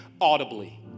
audibly